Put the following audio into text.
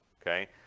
Okay